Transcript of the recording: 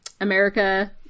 America